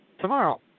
tomorrow